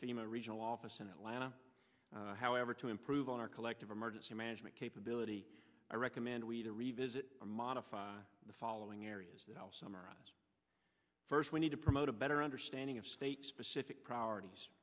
fema regional office in atlanta however to improve on our collective emergency management capability i recommend we to revisit or modify the following areas that i'll summarize first we need to promote a better understanding of state specific priorities